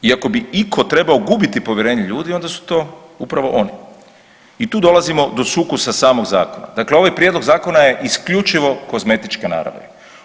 I ako bi itko trebao gubiti povjerenje ljudi, onda su to upravo oni i tu dolazimo do sukusa samog Zakona, dakle ovaj Prijedlog zakona je isključivo kozmetičke naravi.